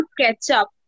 ketchup